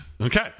okay